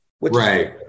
Right